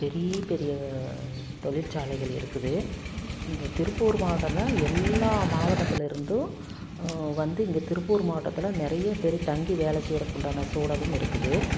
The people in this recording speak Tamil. பெரிய பெரிய தொழிற்சாலைகள் இருக்குது இங்கே திருப்பூர் மாவட்டந்தான் எல்லா மாவட்டத்திலருந்தும் வந்து இங்கே திருப்பூர் மாவட்டத்தில் நிறைய பேர் தங்கி வேலை செய்றதுக்குண்டான சூழலும் இருக்குது